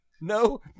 no